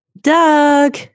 Doug